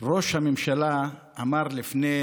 ראש הממשלה אמר לפני